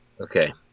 Okay